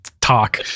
talk